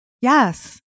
yes